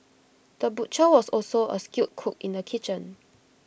the butcher was also A skilled cook in the kitchen